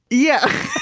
yeah.